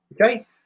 okay